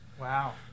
Wow